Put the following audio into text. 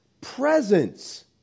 presence